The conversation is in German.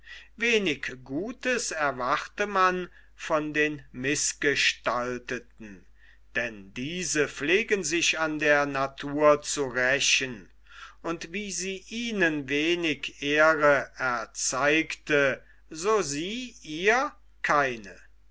wenig gutes erwarte man von den mißgestalteten denn diese pflegen sich an der natur zu rächen und wie sie ihnen wenig ehre erzeigte so sie ihr keine